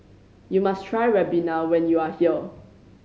you must try ribena when you are here